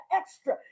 extra